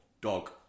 Dog